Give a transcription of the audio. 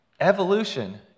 evolution